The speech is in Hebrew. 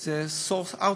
הוא ב-outsourcing,